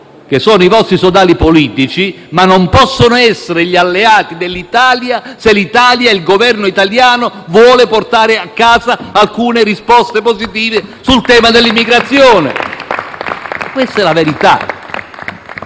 che sono i vostri sodali politici, ma che non possono essere alleati dell'Italia se il Governo italiano vuole portare a casa alcune risposte positive sul tema dell'immigrazione. *(Applausi